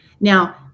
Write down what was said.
Now